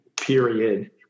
period